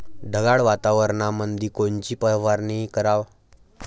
ढगाळ वातावरणामंदी कोनची फवारनी कराव?